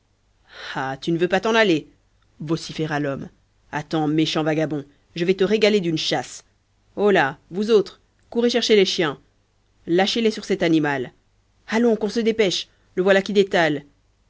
ah tu ne veux pas t'en aller vociféra l'homme attends méchant vagabond je vais te régaler d'une chasse holà vous autres courez chercher les chiens lâchez les sur cet animal allons qu'on se dépêche le voilà qui détale